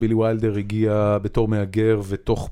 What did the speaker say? בילי ווילדר הגיע בתור מהגר ותוך